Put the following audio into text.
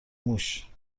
موش